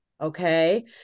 Okay